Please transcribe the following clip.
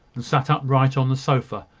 and sat upright on the sofa,